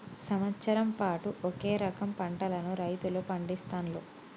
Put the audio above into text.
సంవత్సరం పాటు ఒకే రకం పంటలను రైతులు పండిస్తాండ్లు